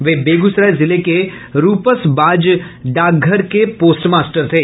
वे बेगूसराय जिले के रूपसबाज डाकघर के पोस्टमास्टर थे